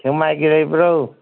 ꯁꯦꯛꯃꯥꯏꯒꯤ ꯂꯩꯕ꯭ꯔꯣ